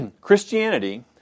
Christianity